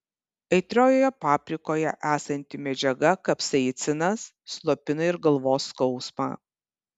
aitriojoje paprikoje esanti medžiaga kapsaicinas slopina ir galvos skausmą